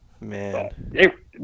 Man